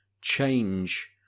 change